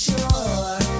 Sure